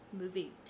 movie